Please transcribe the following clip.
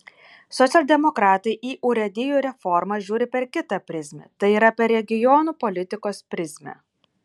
socialdemokratai į urėdijų reformą žiūri per kitą prizmę tai yra per regionų politikos prizmę